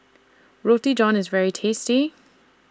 Roti John IS very tasty